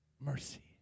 mercy